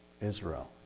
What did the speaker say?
Israel